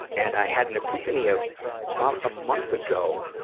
and i had an epiphany ah about a month ago,